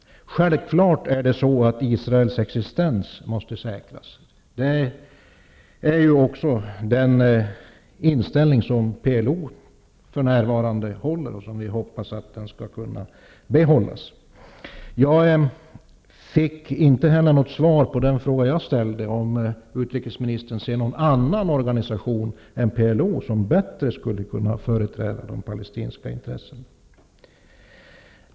Självklart måste Israels existens säkras. Det är också den inställning som PLO har för närvarande, och som vi hoppas att PLO skall behålla. Jag fick inte något svar på den fråga jag ställde, om utrikesministern ser någon annan organisation än PLO som bättre skulle kunna företräda de palestinska intressena.